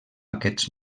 aquests